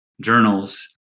journals